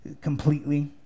completely